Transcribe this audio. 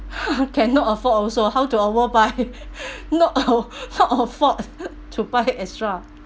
cannot afford also how to overbuy no oh no afford to buy extra